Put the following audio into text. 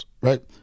right